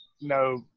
no